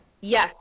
Yes